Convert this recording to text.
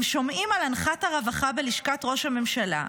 הם שומעים על אנחת הרווחה בלשכת ראש הממשלה,